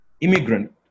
immigrant